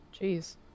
jeez